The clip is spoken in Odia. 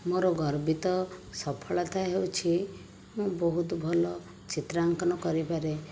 ମୋର ଗର୍ବିତ ସଫଳତା ହେଉଛି ମୁଁ ବହୁତ ଭଲ ଚିତ୍ରାଙ୍କନ କରିପାରେ